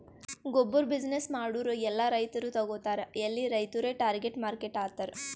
ಗೊಬ್ಬುರ್ ಬಿಸಿನ್ನೆಸ್ ಮಾಡೂರ್ ಎಲ್ಲಾ ರೈತರು ತಗೋತಾರ್ ಎಲ್ಲಿ ರೈತುರೇ ಟಾರ್ಗೆಟ್ ಮಾರ್ಕೆಟ್ ಆತರ್